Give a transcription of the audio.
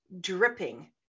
dripping